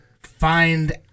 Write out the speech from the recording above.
find